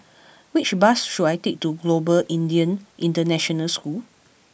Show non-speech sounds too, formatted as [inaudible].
[noise] which bus should I take to Global Indian International School